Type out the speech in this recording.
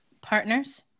partners